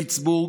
פיטסבורג,